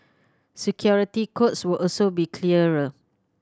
security codes will also be clearer